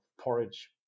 porridge